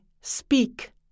speak